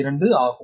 2 ஆகும்